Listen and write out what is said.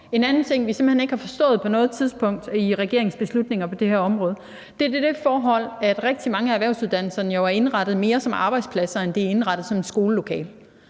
område, som vi simpelt hen ikke har forstået på noget tidspunkt, er det forhold, at rigtig mange af erhvervsuddannelserne jo er indrettet mere som arbejdspladser, end de er indrettet som skolelokaler.